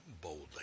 boldly